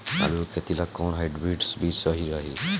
आलू के खेती ला कोवन हाइब्रिड बीज सही रही?